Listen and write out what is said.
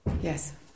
Yes